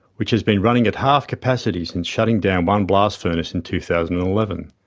which has been running at half capacity since shutting down one blast furnace in two thousand and eleven.